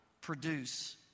produce